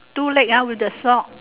two leg ah with the sock